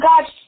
God